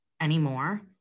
anymore